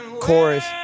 chorus